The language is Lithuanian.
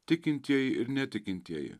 tikintieji ir netikintieji